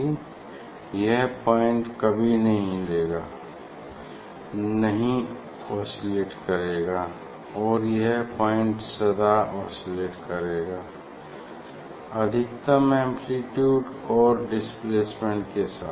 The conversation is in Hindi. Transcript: कि यह पॉइंट कभी नहीं हिलेगा नहीं ऑसिलेट करेगा और यह पॉइंट सदा ऑसिलेट करेगा अधिकतम एम्प्लीट्यूड और डिस्प्लेसमेंट के साथ